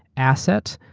asset,